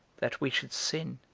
that we should sin,